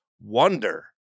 wonder